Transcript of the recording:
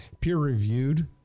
Peer-reviewed